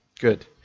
Good